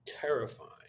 terrifying